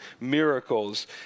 miracles